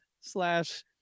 slash